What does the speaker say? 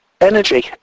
energy